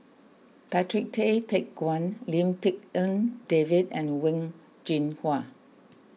Patrick Tay Teck Guan Lim Tik En David and Wen Jinhua